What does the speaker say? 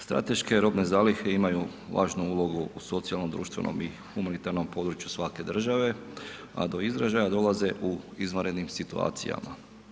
Strateške robne zalihe imaju važnu ulogu u socijalnom, društvenom i humanitarnom području svake države a do izražaja dolaze u izvanrednim situacijama.